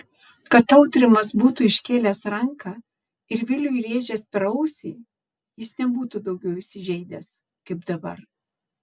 kad tautrimas būtų iškėlęs ranką ir viliui rėžęs per ausį jis nebūtų daugiau įsižeidęs kaip dabar